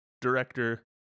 director